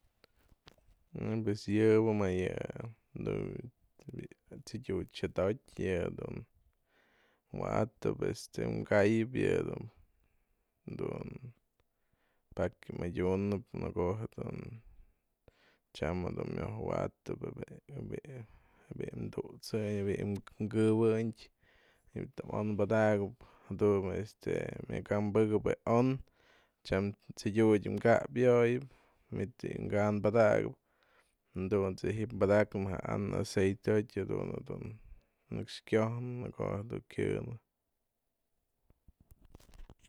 Pues yë bë më yë du bi'i tsëdiuty xëdotyë yë dun wa'atap este mkayëp yë dun dun pakia madyunëp në ko'o jedun tyam jedun myoj wa'atëp jë bi'i jë bi'i tutsëny jë bi'i kë'ëwëny manit o'on padakap jadun este myak anpëkep bi'i o'on tyam tsëdiuty mka'ap yo'oyëp manit bi'i ka'an padakap jadunt's ji'ip padaknë më jë an aceite jo'ty jadun dun nëkx kiojnë në ko'o jedun kyënë.